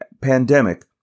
pandemic